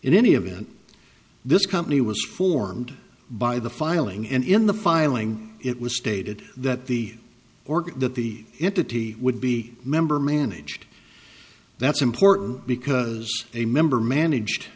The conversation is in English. in any event this company was formed by the filing and in the filing it was stated that the order that the hippity would be member managed that's important because a member managed